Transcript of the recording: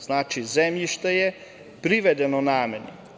Znači, zemljište je privedeno nameni.